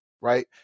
right